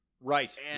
Right